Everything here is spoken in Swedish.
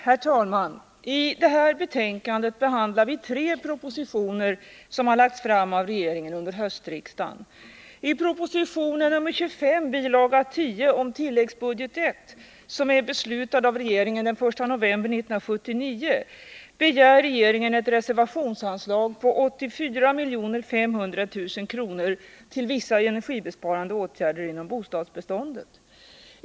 Herr talman! I civilutskottets betänkande nr 7 behandlas tre propositioner som har lagts fram av regeringen under hösten. I proposition nr 25 bilaga 10 om tilläggsbudget I, som är beslutad av regeringen den 1 november 1979, begär regeringen ett reservationsanslag på 84 500 000 kr. till vissa energibesparande åtgärder inom bostadsbeståndet.